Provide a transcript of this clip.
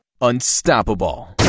unstoppable